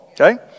Okay